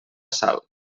sal